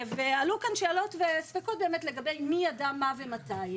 עלו כאן שאלות וספקות לגבי מי ידע מה ומתי,